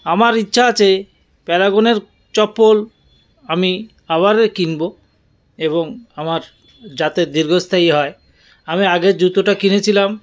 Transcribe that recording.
আমার ইচ্ছা আছে প্যারাগনের চপ্পল আমি আবারও কিনব এবং আমার যাতে দীর্ঘস্থায়ী হয় আমি আগের জুতোটা কিনেছিলাম